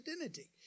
identity